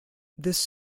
this